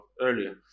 earlier